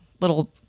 little